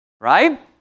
right